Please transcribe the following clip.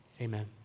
Amen